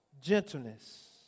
gentleness